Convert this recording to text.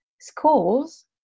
schools